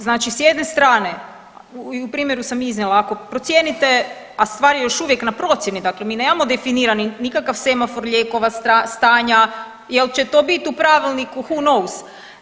Znači s jedne strane i u primjeru sam iznijela, ako procijenite, a stvar je još uvijek na procjeni, dakle mi nemamo definirani nikakav semafor lijekova, stanja jel će to biti u pravilniku who knows.